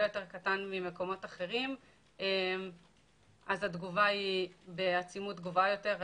יותר קטן ממקומות אחרים ואז התגובה היא בעצימות גבוהה יותר.